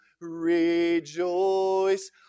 rejoice